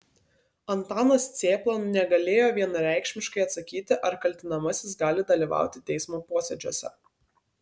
antanas cėpla negalėjo vienareikšmiškai atsakyti ar kaltinamasis gali dalyvauti teismo posėdžiuose